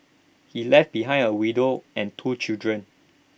he left behind A widow and two children